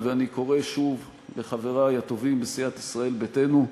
ומכאן אני קורא שוב לחברי הטובים בסיעת ישראל ביתנו: